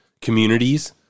communities